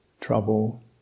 Trouble